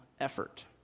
effort